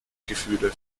gefühle